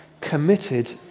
committed